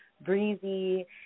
breezy